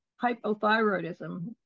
hypothyroidism